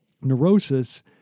neurosis